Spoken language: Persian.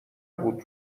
بود